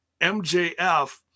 MJF